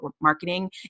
marketing